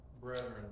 brethren